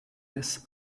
des